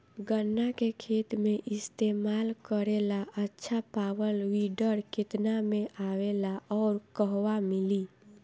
गन्ना के खेत में इस्तेमाल करेला अच्छा पावल वीडर केतना में आवेला अउर कहवा मिली?